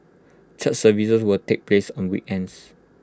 church services will take place on weekends